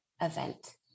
event